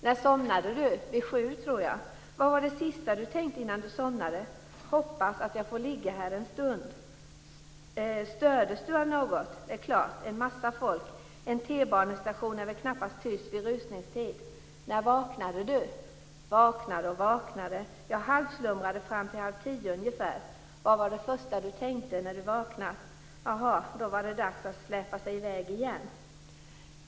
Vid sju, tror jag. Vad var det sista du tänkte innan du somnade? - Hoppas att jag får ligga här en stund. Stördes du av något? - Det är klart. En massa folk. En t-banestation är väl knappast tyst vid rusningstid. När vaknade du? - Vaknade och vaknade - jag halvslumrade fram till halv tio ungefär. Vad var det första du tänkte när du vaknat? - Jaha, då var det dags att släpa sig i väg igen."